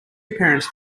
parents